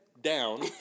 down